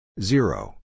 Zero